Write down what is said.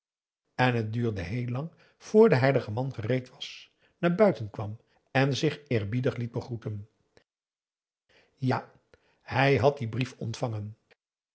en het duurde heel lang vr de heilige man gereed was naar buiten kwam en zich eerbiedig liet begroeten ja hij had dien brief ontvangen